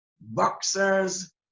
boxers